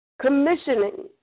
commissioning